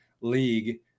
league